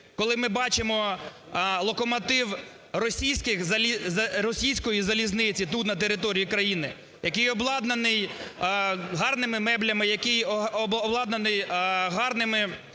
коли ми бачимо локомотив російської залізниці тут, на території країни, який обладнаний гарними меблями, який обладнаний гарними